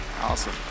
Awesome